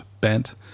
bent